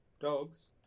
dogs